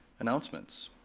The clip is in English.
announcements.